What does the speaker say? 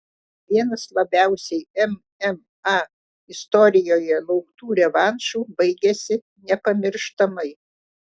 vienas labiausiai mma istorijoje lauktų revanšų baigėsi nepamirštamai